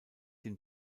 den